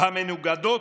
המנוגדות